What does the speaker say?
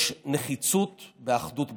יש נחיצות באחדות בעם.